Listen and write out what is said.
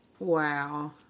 Wow